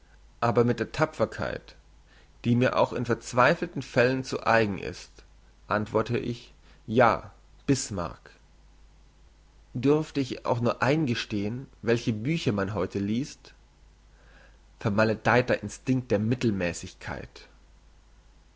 aber mit der tapferkeit die mir auch in verzweifelten fällen zu eigen ist antworte ich ja bismarck dürfte ich auch nur eingestehn welche bücher man heute liest vermaledeiter instinkt der mittelmässigkeit